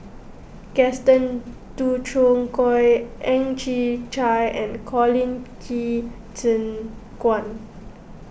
Gaston Dutronquoy Ang Chwee Chai and Colin Qi Zhe Quan